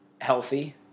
healthy